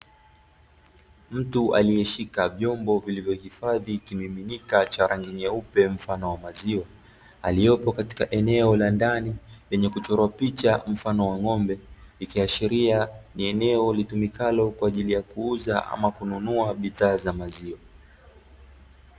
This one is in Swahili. Mtu aliyeshika vyombo vilivyohifadhi kimiminika cha rangi nyeupe mfano wa maziwa aliyopo katika eneo la ndani lenye kuchorwa picha mfano wa ng’ombe ikiashiria ni eneo litumikalo kwa ajili ya kuuza ama kununua bidhaa za maziwa.